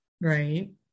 right